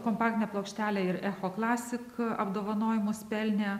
kompaktinę plokštelę ir echo klasik apdovanojimus pelnė